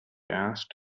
asked